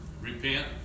repent